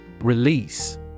Release